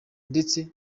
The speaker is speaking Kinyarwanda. ndetse